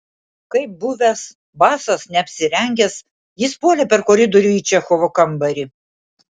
kaip buvęs basas neapsirengęs jis puolė per koridorių į čechovo kambarį